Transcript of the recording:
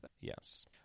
Yes